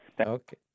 Okay